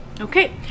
Okay